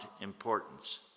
importance